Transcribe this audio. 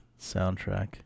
soundtrack